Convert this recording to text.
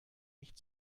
nicht